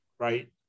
right